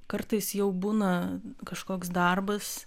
kartais jau būna kažkoks darbas